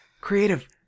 creative